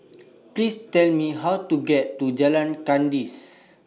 Please Tell Me How to get to Jalan Kandis